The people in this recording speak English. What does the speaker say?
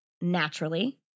Naturally